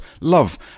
love